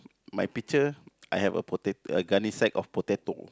my picture I have a potat~ a gunny sack of potato